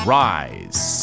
rise